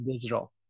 digital